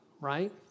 Right